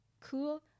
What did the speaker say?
cool